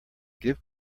give